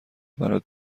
برات